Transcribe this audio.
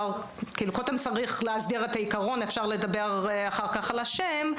שקודם צריך להסדיר את העיקרון ורק אחר כך אפשר לדבר על השם.